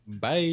Bye